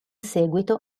seguito